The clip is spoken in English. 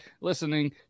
listening